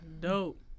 Dope